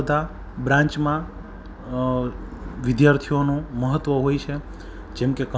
જવું જોઈએ અને મીડિયાએ એ વસ્તુને બતાવી જોઈએ